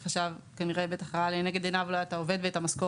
כי אולי החשב ראה לנגד עיניו את העובד ואת המשך